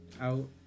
out